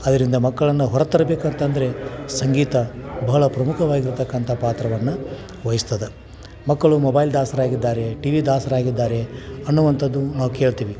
ಅದರಿಂದ ಮಕ್ಕಳನ್ನು ಹೊರ ತರಬೇಕಂತಂದರೆ ಸಂಗೀತ ಬಹಳ ಪ್ರಮುಖವಾಗಿರ್ತಕ್ಕಂಥ ಪಾತ್ರವನ್ನು ವಹಿಸ್ತದೆ ಮಕ್ಕಳು ಮೊಬೈಲ್ ದಾಸರಾಗಿದ್ದಾರೆ ಟಿವಿ ದಾಸರಾಗಿದ್ದಾರೆ ಅನ್ನುವಂಥದ್ದು ನಾವು ಕೇಳ್ತೀವಿ